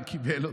וקיבל אותו.